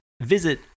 visit